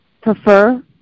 prefer